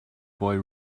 boy